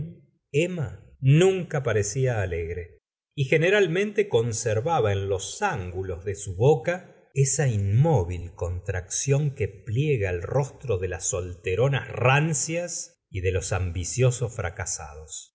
emma nunca parecía alegre y generalmente conservaba en los ángulos de su boca esa inmóvil contracción que pliega el rostro de las solteronas rancias y de los ambiciosos fracasados